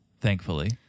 thankfully